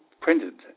printed